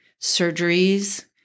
surgeries